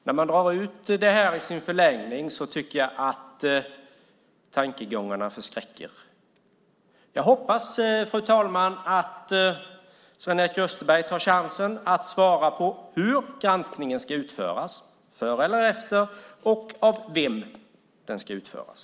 När man drar ut det här i dess förlängning tycker jag att tankegångarna förskräcker. Jag hoppas, fru talman, att Sven-Erik Österberg tar chansen att svara på hur granskningen ska utföras - före eller efter - och av vem den ska utföras.